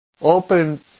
open